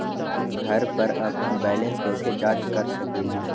हम घर पर अपन बैलेंस कैसे जाँच कर सकेली?